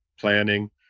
planning